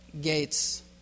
gates